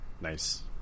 Nice